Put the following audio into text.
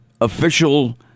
official